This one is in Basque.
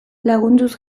lagunduz